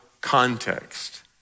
context